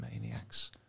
maniacs